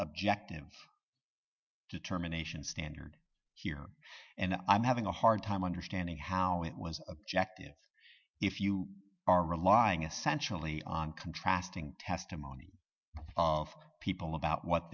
objective determination standard here and i'm having a hard time understanding how it was objective if you are relying essentially on contrasting testimony of people about what